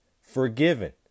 forgiven